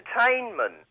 entertainment